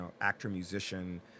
actor-musician